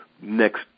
next